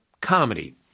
comedy